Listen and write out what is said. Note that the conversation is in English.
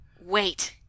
Wait